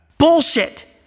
Bullshit